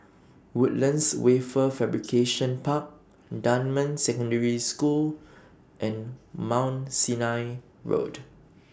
Woodlands Wafer Fabrication Park Dunman Secondary School and Mount Sinai Road